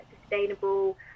sustainable